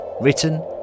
Written